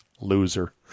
Loser